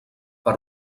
per